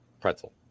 Pretzel